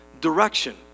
direction